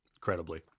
credibly